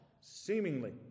seemingly